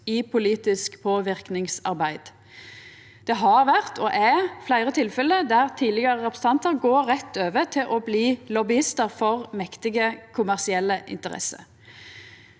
i politisk påverkingsarbeid. Det har vore og er fleire tilfelle der tidlegare representantar går rett over til å bli lobbyistar for mektige kommersielle interesser.